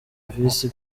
visi